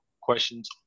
questions